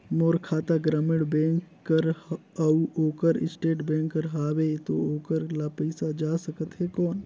मोर खाता ग्रामीण बैंक कर अउ ओकर स्टेट बैंक कर हावेय तो ओकर ला पइसा जा सकत हे कौन?